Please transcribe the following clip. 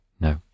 No